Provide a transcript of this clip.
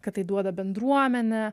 kad tai duoda bendruomenę